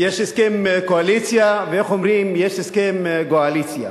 יש הסכם קואליציה, ואיך אומרים, יש הסכם גועליציה.